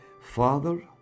Father